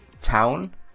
town